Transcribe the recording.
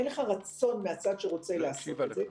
אין לך רצון מהצד שרוצה לעשות את זה,